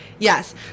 yes